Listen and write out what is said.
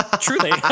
Truly